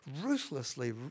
ruthlessly